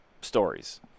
stories